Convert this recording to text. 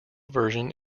version